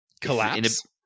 collapse